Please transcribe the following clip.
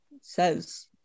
says